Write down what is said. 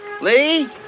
Lee